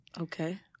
Okay